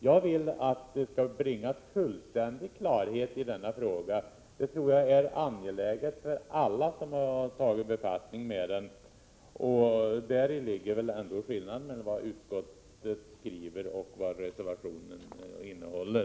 Jag vill att det skall bringas fullständig klarhet i den frågan. Det tror jag är angeläget för alla som har tagit befattning med den. Däri ligger skillnaden mellan utskottets skrivning och reservationen.